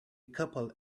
couple